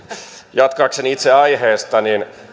jatkaakseni itse aiheesta